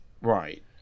Right